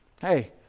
Hey